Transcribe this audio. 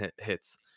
hits